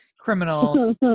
Criminals